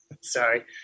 Sorry